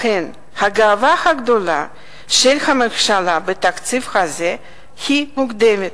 לכן הגאווה הגדולה של הממשלה בתקציב הזה היא מוקדמת.